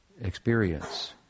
experience